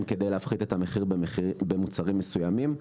כדי להפחית את המחיר במוצרים מסוימים.